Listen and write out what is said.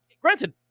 Granted